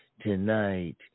tonight